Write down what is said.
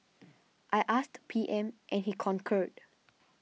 I asked P M and he concurred